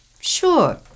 Sure